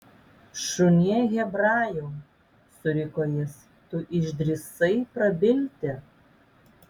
šunie hebrajau suriko jis tu išdrįsai prabilti